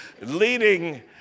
leading